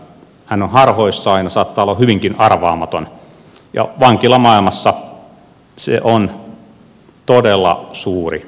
hän on harhoissaan ja saattaa olla hyvinkin arvaamaton ja vankilamaailmassa se on todella suuri riski